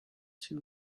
too